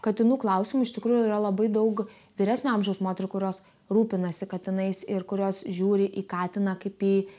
katinų klausimu iš tikrųjų yra labai daug vyresnio amžiaus moterų kurios rūpinasi katinais ir kurios žiūri į katiną kaip į